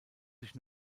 sich